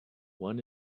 one